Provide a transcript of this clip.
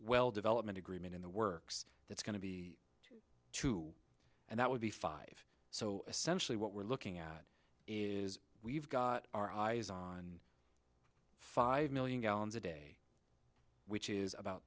well development agreement in the works that's going to be true and that would be five so essentially what we're looking at is we've got our eyes on five million gallons a day which is about